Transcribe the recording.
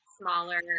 smaller